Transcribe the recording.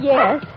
Yes